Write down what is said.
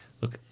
look